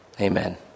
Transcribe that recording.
Amen